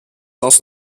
also